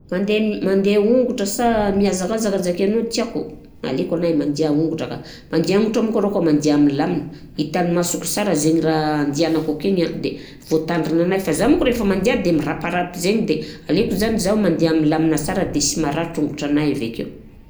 Mandeha mande hongotra sa mihazakazaka zakainao tiako, aleoko alôha mandia hongotra ka. Mandia hongotra monko rô ka mandia milamigny, hitan'ny masoko sara zaigny raha andianako akegny an de voatandrinanahy fa zaho monko rehefa mandià de miraparapy zaigny de aleoko zany zaho mandià milamina sara de sy maratra hongotranahy avekeo.